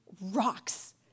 rocks